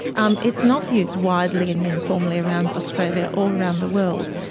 um it's not used widely and uniformly around australia or around the world,